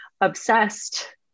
obsessed